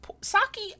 Saki